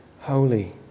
holy